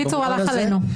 בקיצור, הלך עלינו.